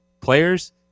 Players